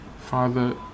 Father